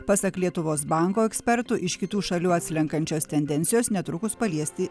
pasak lietuvos banko ekspertų iš kitų šalių atslenkančios tendencijos netrukus paliesti